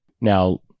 Now